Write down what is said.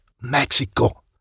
Mexico